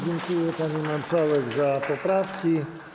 Dziękuję, pani marszałek, za poprawki.